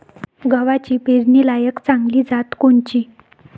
गव्हाची पेरनीलायक चांगली जात कोनची?